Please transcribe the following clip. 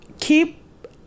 keep